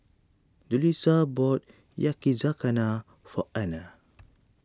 Julissa bought Yakizakana for Ana